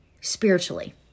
spiritually